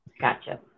Gotcha